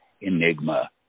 Enigma